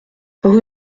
rue